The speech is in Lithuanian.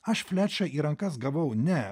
aš flečą į rankas gavau ne